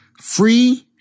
free